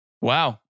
Wow